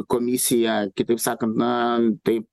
komisija kitaip sakant na taip